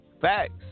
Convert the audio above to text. facts